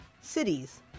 Cities